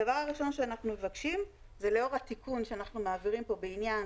הדבר הראשון שאנחנו מבקשים הוא לאור התיקון שאנחנו מעבירים פה בעניין